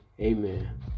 Amen